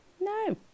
no